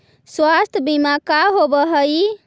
स्वास्थ्य बीमा का होव हइ?